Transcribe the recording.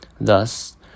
Thus